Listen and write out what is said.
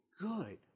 good